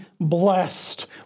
blessed